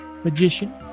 Magician